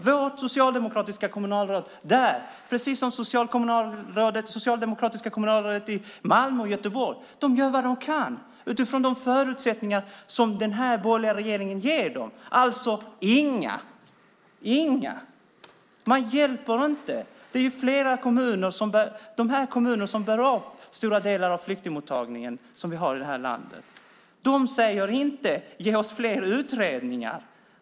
Vårt socialdemokratiska kommunalråd där gör, precis som de socialdemokratiska kommunalråden i Malmö och Göteborg, vad de kan utifrån de förutsättningar som den borgerliga regeringen ger dem, det vill säga inga. Man hjälper inte. Det är de här kommunerna som bär upp stora delar av flyktingmottagningen i det här landet. De säger inte: Ge oss fler utredningar.